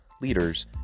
leaders